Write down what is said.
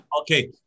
Okay